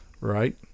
Right